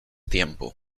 tiempo